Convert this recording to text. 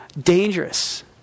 dangerous